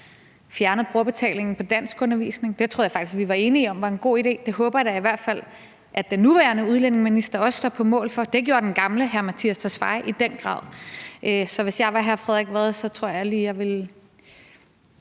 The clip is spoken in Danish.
fjernet brugerbetalingen på danskundervisning. Det troede jeg faktisk vi var enige om var en god idé; det håber jeg da i hvert fald at den nuværende udlændingeminister også står på mål for – det gjorde den gamle, hr. Mattias Tesfaye, i den grad. Så hvis jeg var hr. Frederik Vad, tror jeg lige jeg ville